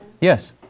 Yes